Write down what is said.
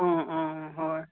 অঁ অঁ হয়